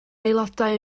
aelodau